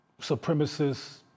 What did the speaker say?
supremacists